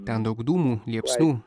ten daug dūmų liepsnų